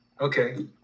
okay